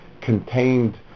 contained